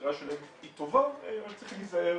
המטרה שלהן היא טובה, רק צריך להיזהר